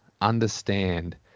Understand